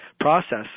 process